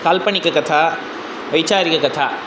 काल्पनिककथा वैचारिककथा